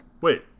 Wait